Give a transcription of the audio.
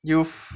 you